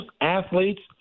athletes